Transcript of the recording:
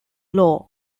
lore